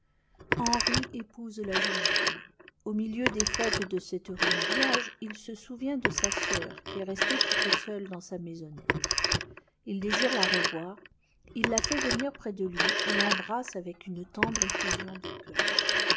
henri épouse la jeune fille au milieu des fêtes de cet heureux mariage il se souvient de sa sœur qui est restée toute seule dans sa maisonnette il désire la revoir il la fait venir près de lui et l'embrasse avec une tendre ellùsion de cœur